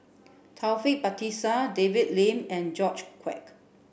Taufik Batisah David Lim and George Quek